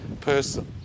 person